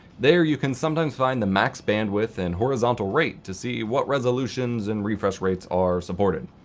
there you can sometimes find the max bandwidth and horizontal rate to see what resolutions and refresh rates are supported.